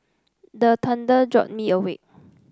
the thunder jolt me awake